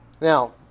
Now